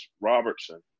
Robertson